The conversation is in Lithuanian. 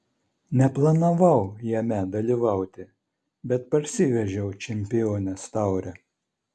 neplanavau jame dalyvauti bet parsivežiau čempionės taurę